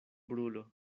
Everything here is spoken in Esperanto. brulo